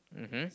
mmhmm